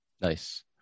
Nice